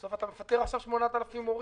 אתם מפטרים עכשיו 8,000 מורים.